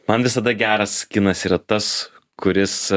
man visada geras kinas yra tas kuris